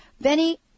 Benny